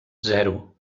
zero